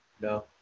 No